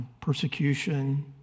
persecution